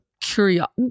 curiosity